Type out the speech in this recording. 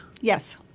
Yes